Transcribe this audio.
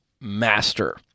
master